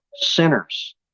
Sinners